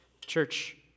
Church